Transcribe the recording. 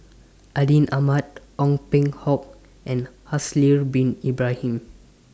Atin Amat Ong Peng Hock and Haslir Bin Ibrahim